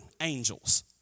angels